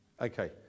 Okay